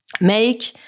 make